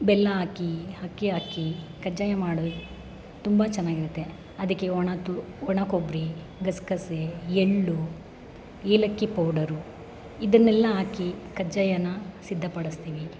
ಬೆಲ್ಲ ಹಾಕಿ ಅಕ್ಕಿ ಹಾಕಿ ಕಜ್ಜಾಯ ಮಾಡೋದು ತುಂಬ ಚೆನ್ನಾಗಿರುತ್ತೆ ಅದಕ್ಕೆ ಒಣ ತು ಒಣ ಕೊಬ್ಬರಿ ಗಸೆಗಸೆ ಎಳ್ಳು ಏಲಕ್ಕಿ ಪೌಡರು ಇದನ್ನೆಲ್ಲ ಹಾಕಿ ಕಜ್ಜಾಯನ ಸಿದ್ಧಪಡಿಸ್ತೀನಿ